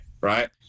right